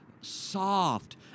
soft